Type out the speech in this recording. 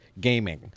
gaming